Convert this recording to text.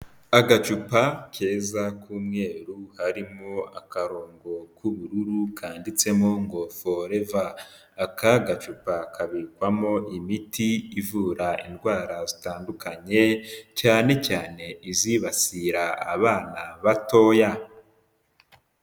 Agacupa keza k'umweru harimo akarongo k'ubururu kanditsemo ngo foreva, aka gacupa kabikwamo imiti ivura indwara zitandukanye cyane cyane izibasira abana batoya.